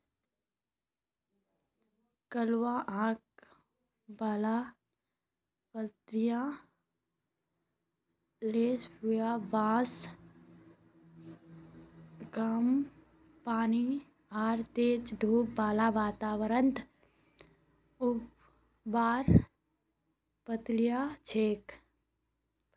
कलवा आंख वाली फलियाँ लोबिया बींस कम पानी आर तेज धूप बाला वातावरणत उगवार फलियां छिके